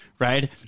Right